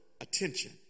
attention